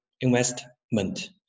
investment